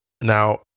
Now